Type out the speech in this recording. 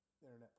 internet